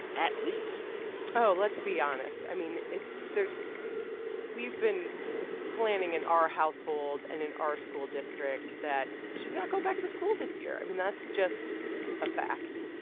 at least oh, let's be honest. i mean, it's there's we've been planning in our household and in our school district that she's not going back to school this year. i mean, that's just a fact.